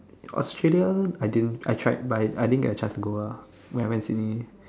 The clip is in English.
Australia I didn't I tried but I didn't get a chance to go lah when I went Sydney